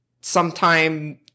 sometime